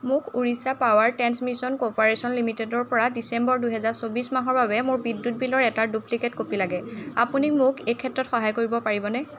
মোক Orissa power transmission corporation লিমিটেডৰ পৰা ডিচেম্বৰ দুহেজাৰ চৌবিছ মাহৰ বাবে মোৰ বিদ্যুৎ বিলৰ এটা ডুপ্লিকেট কপি লাগে আপুনি মোক এই ক্ষেত্ৰত সহায় কৰিব পাৰিবনে